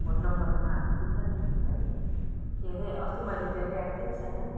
phone नम्बरमा चिन्छ नि है के अरे अस्ति मैले त्यो ल्याएको थिएँ नि सामान